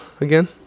again